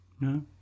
no